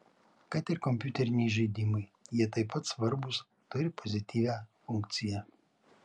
kad ir kompiuteriniai žaidimai jie taip pat svarbūs turi pozityvią funkciją